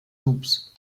doubs